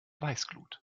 weißglut